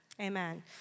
Amen